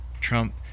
Trump